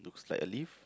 looks like a leaf